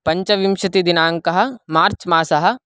पञ्चविंशतिदिनाङ्कः मार्च् मासः